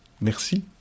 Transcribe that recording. Merci